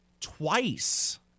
twice